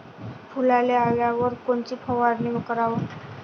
फुलाले आल्यावर कोनची फवारनी कराव?